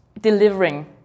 delivering